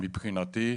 בכלל תהליך סל שיקום,